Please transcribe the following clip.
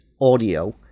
audio